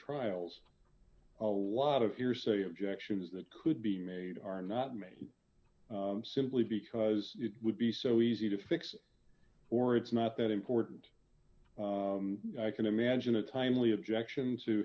trials a lot of hearsay objections that could be made are not made simply because it would be so easy to fix or it's not that important i can imagine a timely objection to